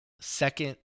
second